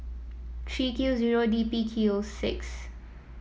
three Q zero D B Q six